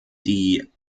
die